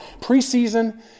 preseason